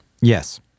Yes